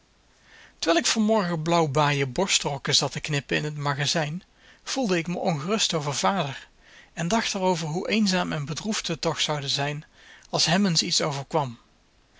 terwijl ik van morgen blauw baaien borstrokken zat te knippen in het magazijn voelde ik me ongerust over vader en dacht er over hoe eenzaam en bedroefd we toch zouden zijn als hem eens iets overkwam